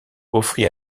offrit